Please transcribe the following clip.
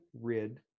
rid